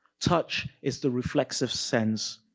touch is the reflex of sense.